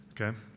Okay